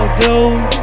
dude